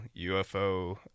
UFO